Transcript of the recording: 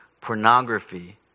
pornography